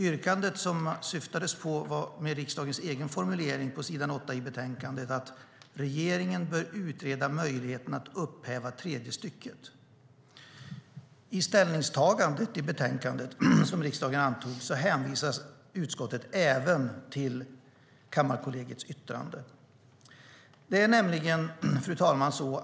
Yrkandet som det syftades på var, med riksdagens egen formulering på s. 8 i betänkandet, att "regeringen bör utreda möjligheterna att upphäva 4 kap. 6 § tredje stycket miljöbalken". I ställningstagandet i betänkandet som riksdagen antog hänvisade utskottet även till Kammarkollegiets yttrande. Fru talman!